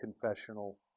confessional